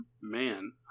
man